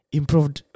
improved